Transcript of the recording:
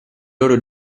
loro